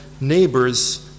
Neighbors